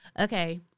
okay